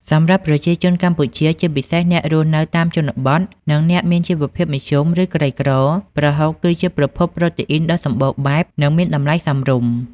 សម្រាប់ប្រជាជនកម្ពុជា ជាពិសេសអ្នករស់នៅតាមជនបទ និងអ្នកមានជីវភាពមធ្យម ឬក្រីក្រ ប្រហុកគឺជាប្រភពប្រូតេអ៊ីនដ៏សម្បូរបែប និងមានតម្លៃសមរម្យ។